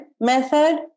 method